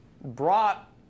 brought